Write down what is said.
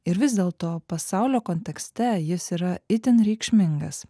ir vis dėlto pasaulio kontekste jis yra itin reikšmingas